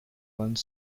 one